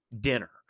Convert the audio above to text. dinner